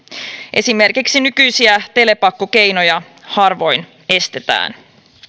esimerkiksi nykyisiä telepakkokeinoja harvoin estetään